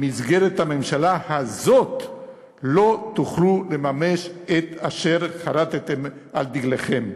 במסגרת הממשלה הזאת לא תוכלו לממש את אשר חרתֶם על דגלכם.